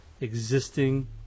existing